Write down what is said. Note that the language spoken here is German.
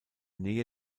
nähe